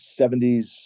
70s